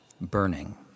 burning